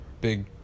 big